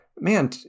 man